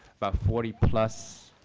about forty plus